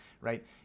right